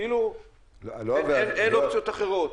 כאילו אין אופציות אחרות.